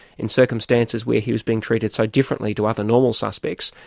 in circumstances where he was being treated so differently to other normal suspects,